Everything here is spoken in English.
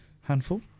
handful